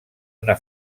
una